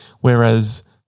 whereas